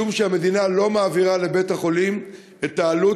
משום שהמדינה לא מעבירה לבית-החולים את העלות